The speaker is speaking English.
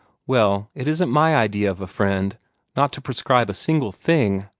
well, it isn't my idea of a friend not to prescribe a single thing,